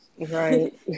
Right